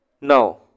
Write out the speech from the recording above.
Now